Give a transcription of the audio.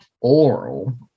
oral